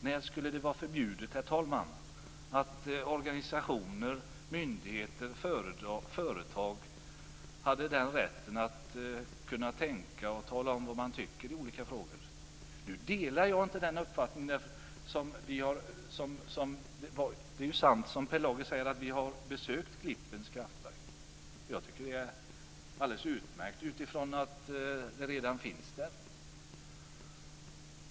När skulle det vara förbjudet, herr talman, för organisationer, myndigheter och företag att utnyttja rätten att tänka och tala om vad de tycker i olika frågor? Det är sant, som Per Lager säger, att vi har besökt Klippens kraftstation. Jag tycker att det är alldeles utmärkt att den redan finns där.